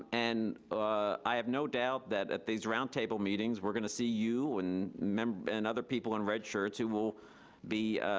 um and i have no doubt that at these roundtable meetings, we're gonna see you and and other people in red shirts who will be